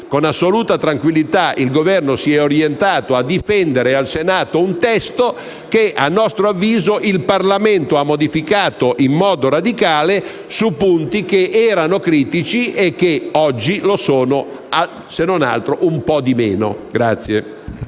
con assoluta tranquillità, si è orientato a difendere in Senato un testo che, a nostro avviso, il Parlamento ha modificato in modo radicale su punti che erano critici e che oggi lo sono, se non altro, un po' di meno.